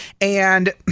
and-